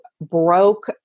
broke